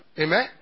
Amen